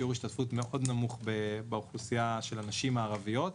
שיעור השתתפות מאד נמוך באוכלוסיית הנשים הערביות.